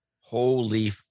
Holy